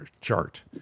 chart